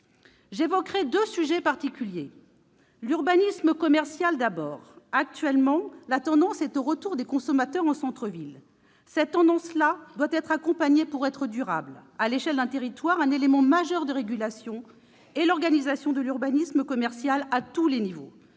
J'évoquerai deux sujets particuliers. Le premier concerne l'urbanisme commercial. La tendance est actuellement au retour des consommateurs en centre-ville. Cette tendance doit être accompagnée pour être durable. À l'échelle d'un territoire, un élément majeur de régulation est l'organisation de l'urbanisme commercial à tous les niveaux.